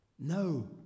No